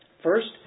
First